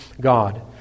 God